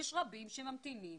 יש רבים שממתינים,